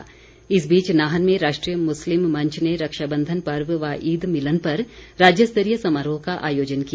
बिंदल इस बीच नाहन में राष्ट्रीय मुस्लिम मंच ने रक्षाबंधन पर्व व ईद मिलन पर राज्यस्तरीय समारोह का आयोजन किया